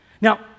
Now